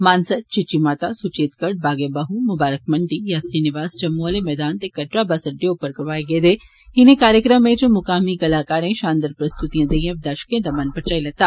मानसर चीची माता सुचेतगढ़ बागे बाहू मुबारक मंडी यात्री निवास जम्मू आह्ले मैदान ते कटरा बस बड्डे उप्पर करोआए गेदे इनें कार्यक्रमें च मुकामी कलाकारें षानदार प्रस्तुतियां देइयै दर्षकें दा मन परचाई लैता